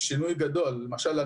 שהצעת.